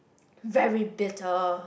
very bitter